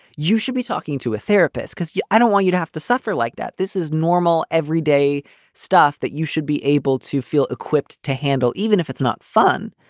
you should be talking to a therapist, because i don't want you to have to suffer like that. this is normal, everyday stuff that you should be able to feel equipped to handle, even if it's not fun.